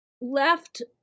left